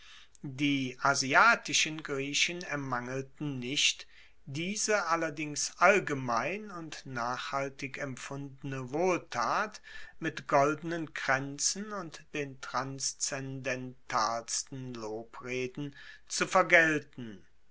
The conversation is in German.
die asiatischen griechen ermangelten nicht diese allerdings allgemein und nachhaltig empfundene wohltat mit goldenen kraenzen und den transzendentalsten lobreden zu vergelten